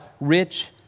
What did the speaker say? rich